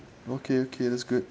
okay okay that's good